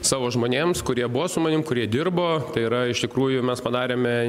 savo žmonėms kurie buvo su manim kurie dirbo tai yra iš tikrųjų mes padarėme